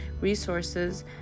resources